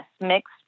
mixed